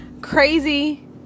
Crazy